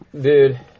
Dude